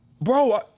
Bro